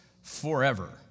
forever